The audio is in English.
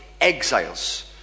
exiles